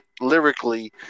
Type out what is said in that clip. lyrically